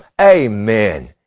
Amen